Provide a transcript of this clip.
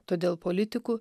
todėl politikų